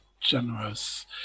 generous